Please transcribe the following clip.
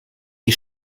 die